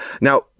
now